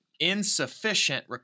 Insufficient